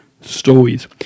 stories